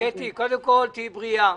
קטי, קודם כל תהיי בריאה